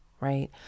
Right